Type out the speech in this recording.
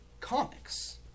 Comics